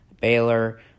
Baylor